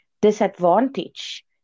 disadvantage